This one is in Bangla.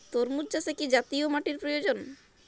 তরমুজ চাষে কি জাতীয় মাটির প্রয়োজন?